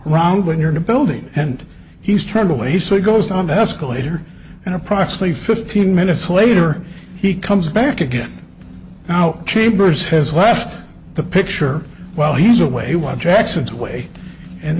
it round when you're in a building and he's turned away so he goes down the escalator and approximately fifteen minutes later he comes back again now chambers has left the picture while he's away while jackson's away and